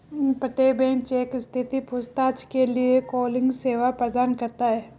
प्रत्येक bank cheque स्थिति पूछताछ के लिए कॉलिंग सेवा प्रदान करता हैं